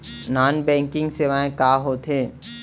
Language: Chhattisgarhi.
नॉन बैंकिंग सेवाएं का होथे?